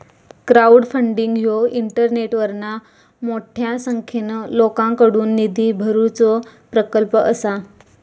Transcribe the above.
crowdfunding ह्यो इंटरनेटवरना मोठ्या संख्येन लोकांकडुन निधी उभारुचो प्रकल्प असा